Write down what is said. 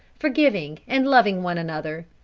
forgiving and loving one another.